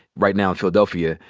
right now in philadelphia,